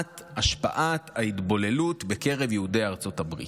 המודעות להשפעת ההתבוללות בקרב יהודי ארצות הברית.